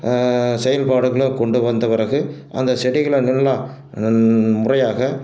செயல்பாடுகளும் கொண்டு வந்த பிறகு அந்த செடிகளை நல்லா முறையாக